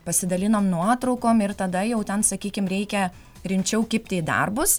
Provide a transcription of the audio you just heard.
pasidalinam nuotraukom ir tada jau ten sakykim reikia rimčiau kibti į darbus